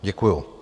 Děkuju.